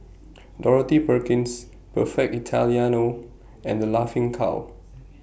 Dorothy Perkins Perfect Italiano and The Laughing Cow